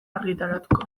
argitaratuko